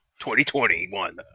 2021